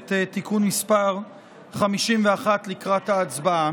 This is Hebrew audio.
הכנסת (תיקון מס' 51) לקראת ההצבעה.